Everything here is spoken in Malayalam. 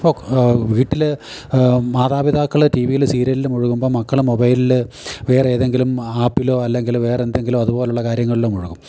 ഇപ്പോൾ വീട്ടിൽ മാതാപിതാക്കൾ ടി വിയിൽ സീരിയലിൽ മുഴുകുമ്പോൾ മക്കൾ മൊബൈലിൽ വേറെ ഏതെങ്കിലും ആപ്പിലോ അല്ലെങ്കിൽ വേറെ എന്തെങ്കിലും അതുപോലുള്ള കാര്യങ്ങളിലോ മുഴുകും